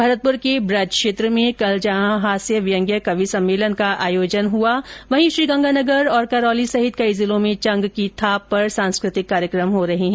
भरतपूर के ब्रज क्षेत्र में कल जहां हास्य व्यंग्य कवि सम्मेलन का आयोजन हुआ वहीं श्रीगंगानगर करौली सहित कई जिलों में चंग की थाप परसांस्कृतिक कार्यकम हो रहे है